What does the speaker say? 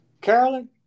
Carolyn